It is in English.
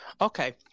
Okay